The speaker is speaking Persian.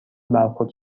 برخورد